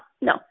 No